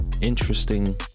interesting